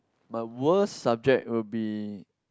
my worst subject will be